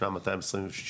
ישנם 226